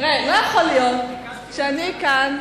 תראה, לא יכול להיות שאני כאן,